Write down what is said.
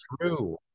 true